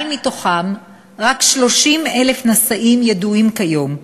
אבל מתוכם רק כ-30,000 נשאים ידועים כיום.